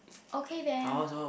okay then